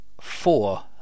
four